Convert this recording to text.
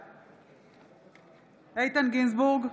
בעד איתן גינזבורג,